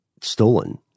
stolen